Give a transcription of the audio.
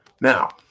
Now